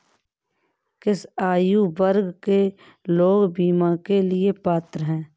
किस आयु वर्ग के लोग बीमा के लिए पात्र हैं?